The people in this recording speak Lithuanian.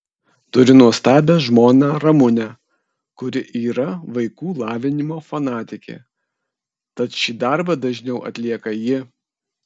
turiu nuostabią žmoną ramunę kuri yra vaikų lavinimo fanatikė tad šį darbą dažniau atlieka ji